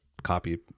copy